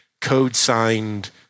code-signed